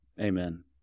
Amen